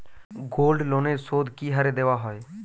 গোল্ডলোনের সুদ কি হারে দেওয়া হয়?